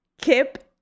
Kip